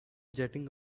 jetting